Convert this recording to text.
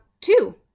two